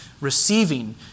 Receiving